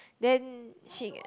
then she